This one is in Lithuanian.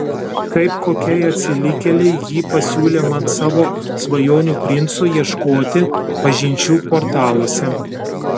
kaip kokiai atsilikėlei ji pasiūlė man savo svajonių princo ieškoti pažinčių portaluose